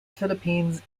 philippines